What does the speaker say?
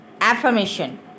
affirmation